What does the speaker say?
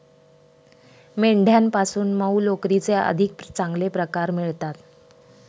मेंढ्यांपासून मऊ लोकरीचे अधिक चांगले प्रकार मिळतात